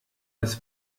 das